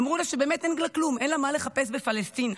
אמרו לה שבאמת אין לה מה לחפש בפלסטינה,